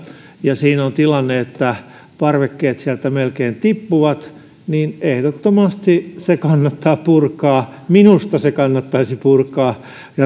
ja siinä on tilanne että parvekkeet sieltä melkein tippuvat niin että ehdottomasti se kannattaa purkaa minusta se kannattaisi purkaa ja